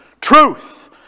truth